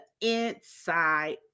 inside